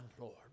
Lord